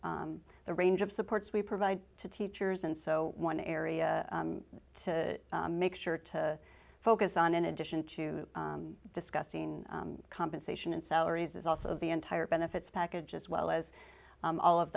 the range of supports we provide to teachers and so one area to make sure to focus on in addition to discussing compensation and salaries is also the entire benefits package as well as all of